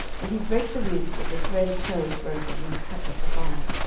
and he brake the withs, as a thread of tow is broken when it toucheth the fire.